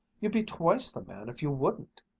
you'd be twice the man if you wouldn't.